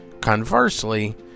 Conversely